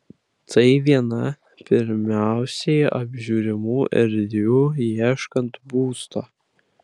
tai viena pirmiausiai apžiūrimų erdvių ieškant būsto